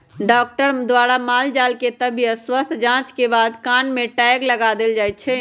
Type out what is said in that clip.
doctor द्वारा माल जाल के तबियत स्वस्थ जांच के बाद कान में टैग लगा देल जाय छै